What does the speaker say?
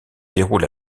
déroule